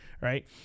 right